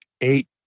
eight